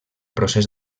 procés